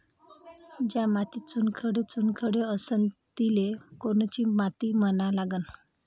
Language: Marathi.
ज्या मातीत चुनखडे चुनखडे असन तिले कोनची माती म्हना लागन?